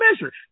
measure